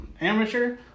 Amateur